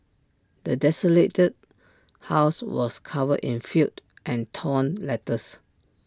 the desolated house was covered in filth and torn letters